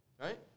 right